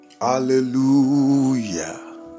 Hallelujah